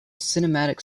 cinematic